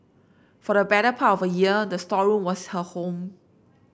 for the better part of a year the storeroom was her home